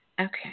Okay